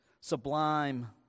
sublime